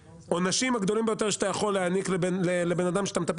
העונשים הגדולים ביותר שאתה יכול להעניק לבן אדם שאתה מטפל